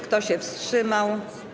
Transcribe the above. Kto się wstrzymał?